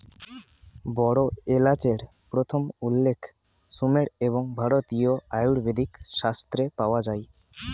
বড় এলাচের প্রথম উল্লেখ সুমের এবং ভারতীয় আয়ুর্বেদিক শাস্ত্রে পাওয়া যায়